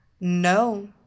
No